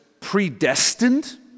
predestined